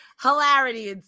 hilarity